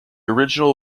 original